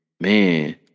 man